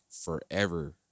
forever